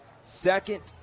second